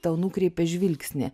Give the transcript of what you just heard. tau nukreipė žvilgsnį